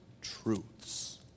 truths